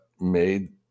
made